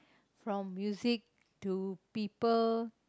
from music to people